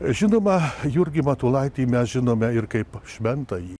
žinoma jurgį matulaitį mes žinome ir kaip šventąjį